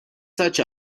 such